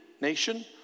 nation